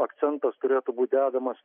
akcentas turėtų būti adamos